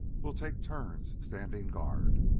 we'll take turns standing guard.